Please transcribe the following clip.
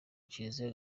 kiliziya